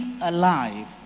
alive